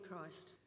Christ